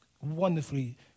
wonderfully